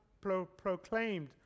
proclaimed